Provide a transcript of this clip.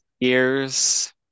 ears